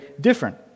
different